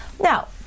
Now